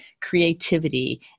creativity